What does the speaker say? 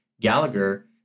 Gallagher